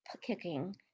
kicking